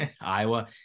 Iowa